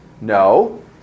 No